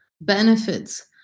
benefits